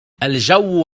الجو